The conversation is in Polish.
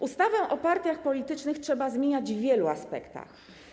Ustawę o partiach politycznych trzeba zmieniać w wielu aspektach.